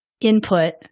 input